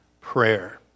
prayer